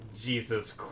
Jesus